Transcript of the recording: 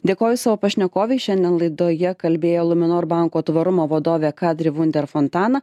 dėkoju savo pašnekovei šiandien laidoje kalbėjo luminor banko tvarumo vadovė kadri vunder fontana